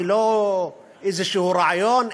היא לא איזשהו רעיון,